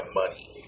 money